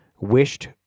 wished